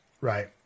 Right